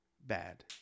bad